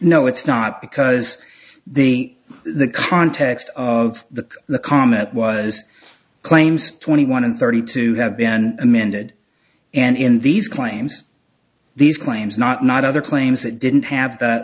no it's not because the the context of the the comment was claims twenty one and thirty two have been amended and in these claims these claims not not other claims that didn't have